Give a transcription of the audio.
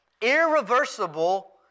irreversible